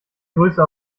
grüße